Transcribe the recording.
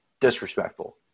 disrespectful